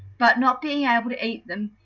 but, not being able to eat them,